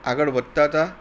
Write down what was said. આગળ વધતા હતા